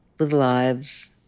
with lives,